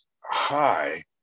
high